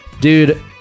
dude